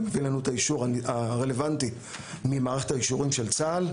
מביא לנו את האישור הרלוונטי ממערכת האישורים של צה"ל,